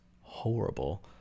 horrible